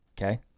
Okay